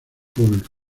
público